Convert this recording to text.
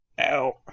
Ow